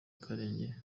akarenge